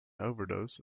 overdose